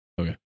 Okay